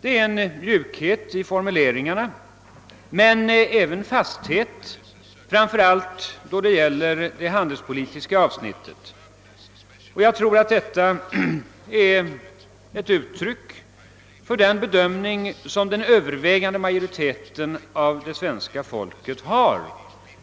Det finns en mjukhet i formuleringarna men även fasthet, framför allt då det gäller det handelspolitiska avsnittet, och jag tror att detta är ett uttryck för den bedömning som den övervägande majoriteten av det svenska folket har